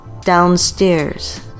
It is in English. Downstairs